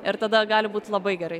ir tada gali būt labai gerai